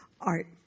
art